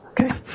Okay